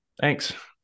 thanks